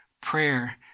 Prayer